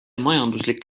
majanduslik